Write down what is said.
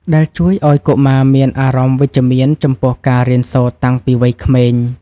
ដែលជួយឱ្យកុមារមានអារម្មណ៍វិជ្ជមានចំពោះការរៀនសូត្រតាំងពីវ័យក្មេង។